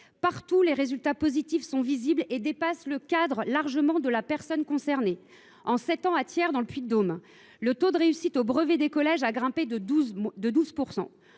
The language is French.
Pourtant, les résultats positifs sont visibles partout et dépassent largement le cadre de la personne concernée. En sept ans, à Thiers, dans le Puy de Dôme, le taux de réussite au brevet des collèges a grimpé de 12 %.